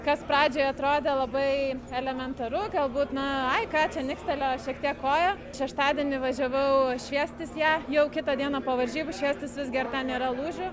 kas pradžioj atrodė labai elementaru galbūt na ai ką čia nikstelėjo šiek tiek koja šeštadienį važiavau šviestis ją jau kitą dieną po varžybų šviestis visgi ar ten nėra lūžių